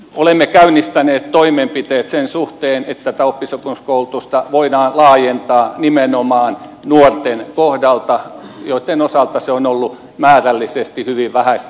olemme käynnistäneet toimenpiteet sen suhteen että oppisopimuskoulutusta voidaan laajentaa nimenomaan nuorten kohdalla joitten osalta se on ollut määrällisesti hyvin vähäistä